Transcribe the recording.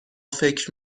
فکر